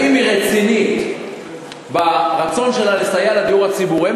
האם היא רצינית ברצון שלה לסייע לדיור הציבורי.